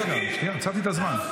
רגע, שנייה, עצרתי את הזמן.